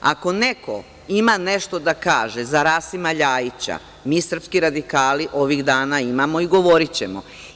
Ako neko ima nešto da kaže za Rasima LJajića, mi srpski radikali ovih dana imamo i govorićemo.